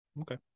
Okay